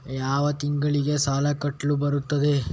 ಯಾವ ತಿಂಗಳಿಗೆ ಸಾಲ ಕಟ್ಟಲು ಬರುತ್ತದೆ?